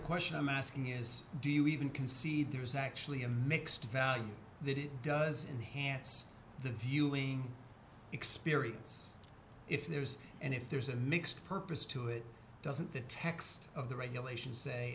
question i'm asking is do you even concede there is actually a mixed value that it does enhanced the viewing experience if there is and if there's a mixed purpose to it doesn't the text of the regulations